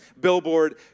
billboard